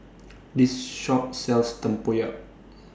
This Shop sells Tempoyak